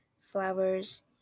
flowers